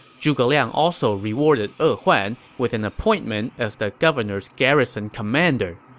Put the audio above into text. zhuge liang also rewarded e huan with an appointment as the governor's garrison commander.